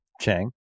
Chang